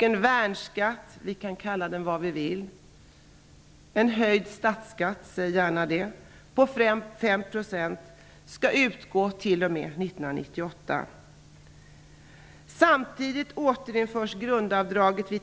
En värnskatt - vi kan kalla den vad vi vill, säg gärna en höjd statsskatt - på 5 % skall utgå t.o.m. Fru talman!